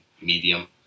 medium